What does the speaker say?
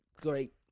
Great